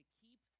keep